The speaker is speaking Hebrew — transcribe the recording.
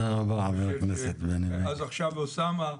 אז עכשיו אוסאמה,